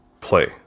play